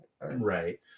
Right